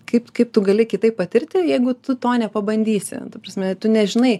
kaip kaip tu gali kitaip patirti jeigu tu to nepabandysi ta prasme tu nežinai